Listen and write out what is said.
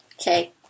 Okay